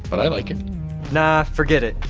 but i like it nah, forget it.